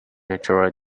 natural